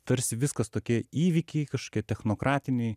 tarsi viskas tokie įvykiai kažkokie technokratiniai